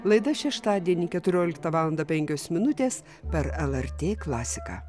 laida šeštadienį keturioliktą valandą penkios minutės per lrt klasiką